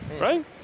right